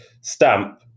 stamp